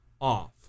off